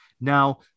Now